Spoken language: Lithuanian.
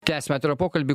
tęsim atvirą pokalbį